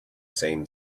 same